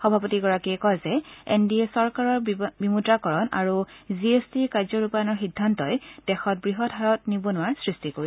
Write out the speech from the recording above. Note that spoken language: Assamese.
সভাপতিগৰাকীয়ে কয় যে এন ডি এ চৰকাৰৰ বিমুদ্ৰাকৰণ আৰু জি এছ টিৰ কাৰ্যৰূপায়ণৰ সিদ্ধান্তই দেশত বৃহৎ হাৰত নিবনূৱাৰ সৃষ্টি কৰিছে